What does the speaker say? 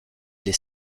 les